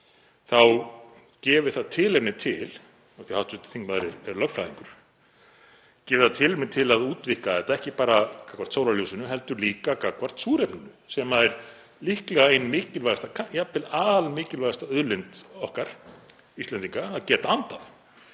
þá gefi það tilefni til, af því að hv. þingmaður er lögfræðingur, að útvíkka þetta, ekki bara gagnvart sólarljósinu heldur líka gagnvart súrefninu sem er líklega ein mikilvægasta, jafnvel almikilvægasta auðlind okkar Íslendinga, að geta andað.